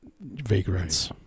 vagrants